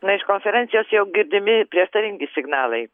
na iš konferencijos jau girdimi prieštaringi signalai